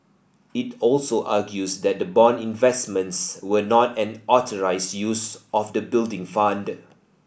it also argues that the bond investments were not an authorised use of the Building Fund